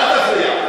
ואל תפריע.